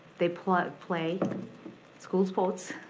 they play play school sports.